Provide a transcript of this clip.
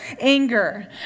anger